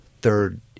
third